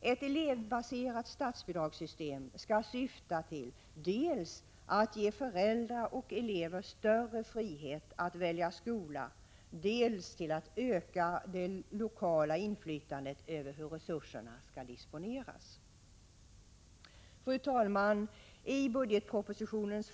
Ett elevbaserat statsbidragssystem skall syfta till att dels ge föräldrar och elever större frihet att välja skola, dels öka det lokala inflytandet över hur resurserna skall disponeras. Fru talman! I budgetpropositionen